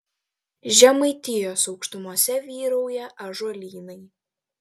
žemaitijos aukštumose vyrauja ąžuolynai